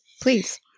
Please